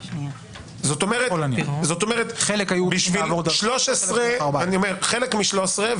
חלק היו צריכים לעבור דרך 13 וחלק דרך 14. חלק מ-13,